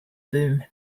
boom